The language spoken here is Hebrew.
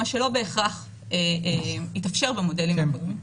מה שלא בהכרח התאפשר במודלים הקודמים.